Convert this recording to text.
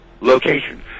location